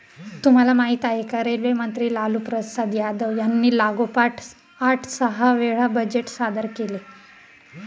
तुम्हाला माहिती आहे का? रेल्वे मंत्री लालूप्रसाद यादव यांनी लागोपाठ आठ सहा वेळा बजेट सादर केले